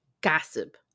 gossip